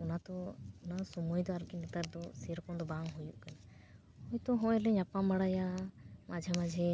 ᱚᱱᱟ ᱫᱚ ᱚᱱᱟ ᱥᱚᱢᱚᱭ ᱫᱚ ᱟᱨᱠᱤ ᱱᱮᱛᱟᱨ ᱫᱚ ᱥᱮᱭ ᱨᱚᱠᱚᱢ ᱫᱚ ᱵᱟᱝ ᱦᱩᱭᱩᱜ ᱠᱟᱱᱟ ᱱᱤᱛᱚᱜ ᱱᱚᱜᱼᱚᱭ ᱞᱮ ᱧᱟᱯᱟᱢ ᱵᱟᱲᱟᱭᱟ ᱢᱟᱡᱷᱮ ᱢᱟᱡᱷᱮ